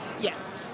Yes